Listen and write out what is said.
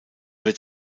wird